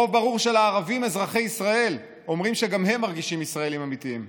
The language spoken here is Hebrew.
רוב ברור של הערבים אזרחי ישראל אומרים שגם הם מרגישים ישראלים אמיתיים.